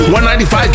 195